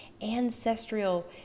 ancestral